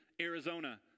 Arizona